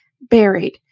buried